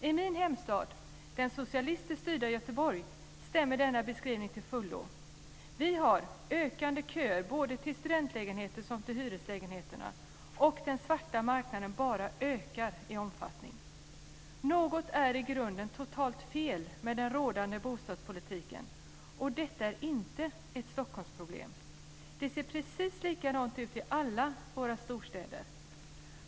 I min hemstad - det socialistiskt styrda Göteborg - stämmer denna beskrivning till fullo. Vi har köer som blir längre både till studentlägenheter och till hyreslägenheter, och den svarta marknaden bara ökar i omfattning. Något är i grunden totalt fel med den rådande bostadspolitiken, och detta är inte ett Stockholmsproblem. Det ser precis likadant ut i alla våra storstäder.